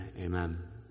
amen